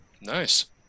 Nice